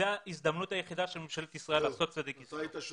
זו ההזדמנות היחידה של ממשלת ישראל לעשות צדק היסטורי.